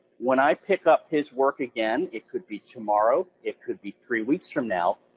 when i pick up his work again, it could be tomorrow, it could be three weeks from now,